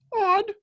odd